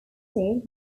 stated